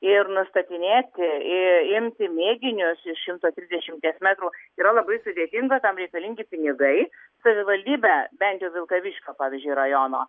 ir nustatinėti imti mėginius iš šimto trisdešimties metrų yra labai sudėtinga tam reikalingi pinigai savivaldybė bent jau vilkaviškio pavyzdžiui rajono